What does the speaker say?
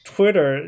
Twitter